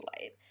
light